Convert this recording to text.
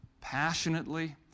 passionately